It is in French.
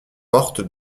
porte